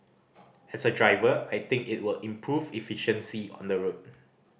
as a driver I think it will improve efficiency on the road